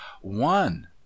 one